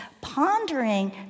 pondering